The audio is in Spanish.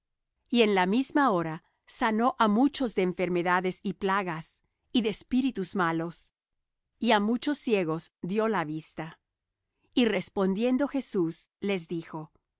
y en la misma hora sanó á muchos de enfermedades y plagas y de espíritus malos y á muchos ciegos dió la vista y respondiendo jesús les dijo